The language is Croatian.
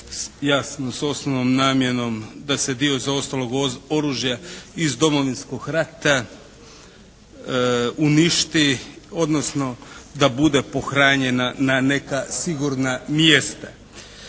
jasno s osnovnom namjenom da se dio zaostalog oružja iz Domovinskog rata uništi, odnosno da bude pohranjena na neka sigurna mjesta